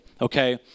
okay